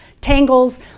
Tangles